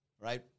right